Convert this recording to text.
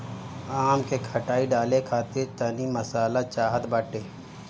आम के खटाई डाले खातिर तनी मसाला चाहत बाटे